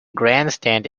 grandstand